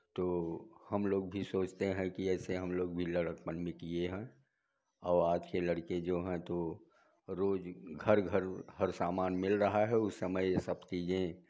तो हम लोग भी सोचते हैं कि ऐसे हम लोग भी लड़कपन में किए हैं और आज के लड़के जो हैं तो रोज़ घर घर हर सामान मिल रहा है उस समय ये सब चीज़ें